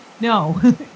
No